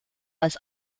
als